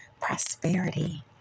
prosperity